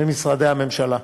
במשרדי הממשלה.